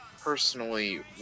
personally